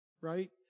right